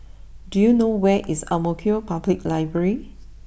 do you know where is Ang Mo Kio Public library